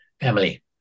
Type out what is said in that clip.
family